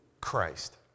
Christ